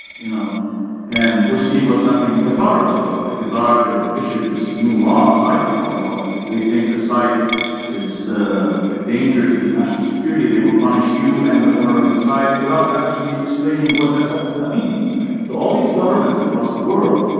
you know and we're seeing what's happening in qatar as well. the qatar, they issued this new law, a cyber crime law, that if they think a site is a danger to national security, they will punish you and the owner of the site without actually explaining what ah that means. mf so all these governments across the world.